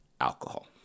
alcohol